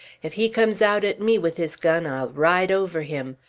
if he comes out at me with his gun i'll ride over him.